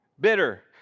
Bitter